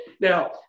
now